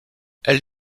elle